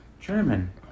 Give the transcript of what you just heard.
German